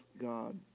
God